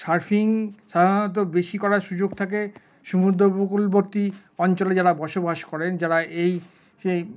surfing সাধারনত বেশি করার সুযোগ থাকে সমুদ্র উপকূলবর্তী অঞ্চলে যারা বসবাস করেন যারা এই সেই